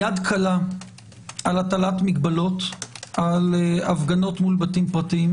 יד קלה על הטלת מגבלות על הפגנות מול בתים פרטיים.